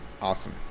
awesome